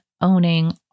owning